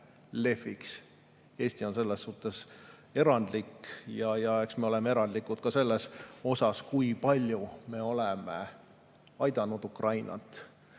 lehviks. Eesti on selles suhtes erandlik. Ja eks me oleme erandlikud ka selles, kui palju me oleme aidanud Ukrainat.